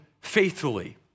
faithfully